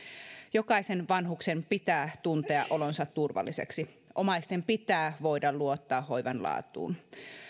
jokaisen vanhuksen pitää tuntea olonsa turvalliseksi omaisten pitää voida luottaa hoivan laatuun